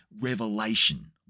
revelation